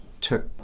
took